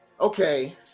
Okay